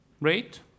rate